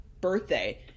birthday